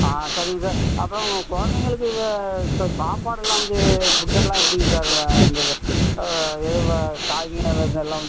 ஆ சரிங்க சார் அப்புறம் குழந்தைகளுக்கு இப்போ சாப்பாடெல்லாம் வந்து ஃபுட்டெல்லாம் எப்படி சார் இந்த காய் வகைங்கெல்லாம் வந்து